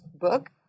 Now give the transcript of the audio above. book